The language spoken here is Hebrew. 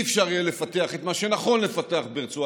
לא יהיה אפשר לפתח את מה שנכון לפתח ברצועת